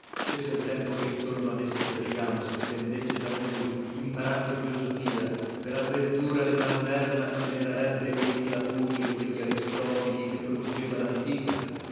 ché se l tempo che intorno ad esse perdiamo si spendesse da noi imparando filosofia per avventura letà moderna generarebbe quei platoni e quegli aristotili che produceva lantica